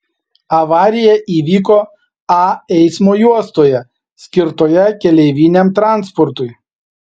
avarija įvyko a eismo juostoje skirtoje keleiviniam transportui